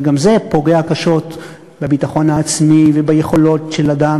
וגם זה פוגע קשות בביטחון העצמי וביכולות של אדם,